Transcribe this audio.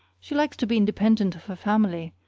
she likes to be independent of her family,